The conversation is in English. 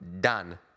done